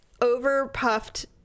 over-puffed